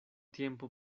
tiempo